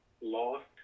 lost